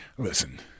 Listen